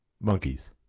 monkeys